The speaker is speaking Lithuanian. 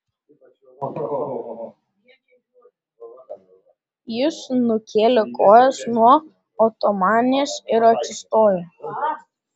jis nukėlė kojas nuo otomanės ir atsistojo